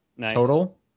total